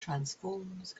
transforms